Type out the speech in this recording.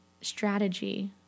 strategy